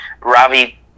Ravi